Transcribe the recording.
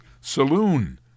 Saloon